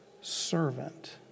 servant